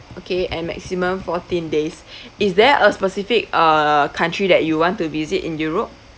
okay and maximum fourteen days is there a specific uh country that you want to visit in europe